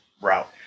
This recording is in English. route